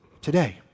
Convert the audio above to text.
Today